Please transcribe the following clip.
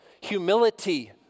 humility